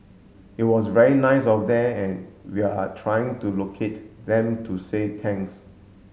it was very nice of them and we are trying to locate them to say thanks